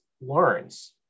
learns